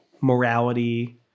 morality